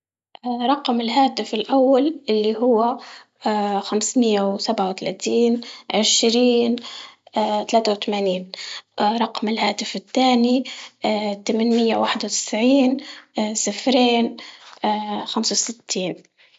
اه رقم الهاتف الأول اللي هو اه خمس مئة وسبعة وثلاثين عشرين اه تلاتة وتمانين، اه رقم الهاتف التاني اه تمنمية واحد وتسعين اه صفرين اه خمسة وستين.